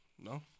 No